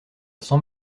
cent